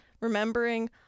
remembering